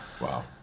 Wow